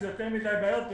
יותר מדי בעיות.